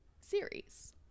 series